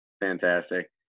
Fantastic